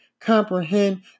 comprehend